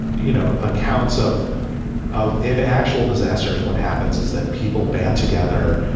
you know, accounts of of in actual disasters. what happens is that people band together.